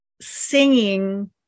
singing